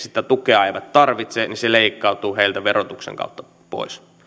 sitä tukea eivät tarvitse se leikkaantuu verotuksen kautta pois